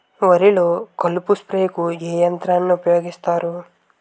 వరిలో కలుపు స్ప్రేకు ఏ యంత్రాన్ని ఊపాయోగిస్తారు?